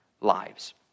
lives